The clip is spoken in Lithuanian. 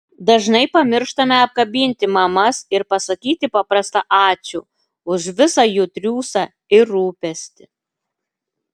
dažnai pamirštame apkabinti mamas ir pasakyti paprastą ačiū už visą jų triūsą ir rūpestį